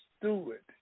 steward